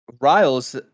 Riles